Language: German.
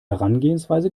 herangehensweise